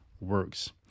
works